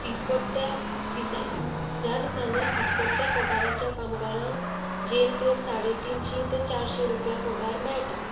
दिसपट्ट्या दिसा ह्या दिसांनी दिसपट्ट्या पगाराच्या कामगारांक जेम तेम साडेतिनशी ते तिनशी रुपया पगार मेळटा